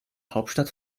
hauptstadt